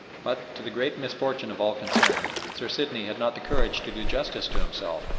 but, to the great misfortune of all concerned, sir sidney had not the courage to do justice to himself,